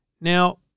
Now